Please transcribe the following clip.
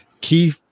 key